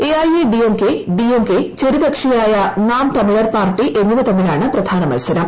AIADMK DMK ചെറുകക്ഷിയായ Naam Tamilar party എന്നിവ തമ്മിലാണ് പ്രധാന മത്സരം